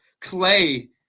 Clay